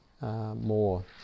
more